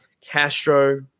Castro